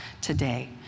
today